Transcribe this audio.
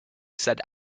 said